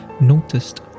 noticed